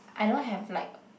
I don't have like